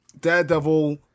Daredevil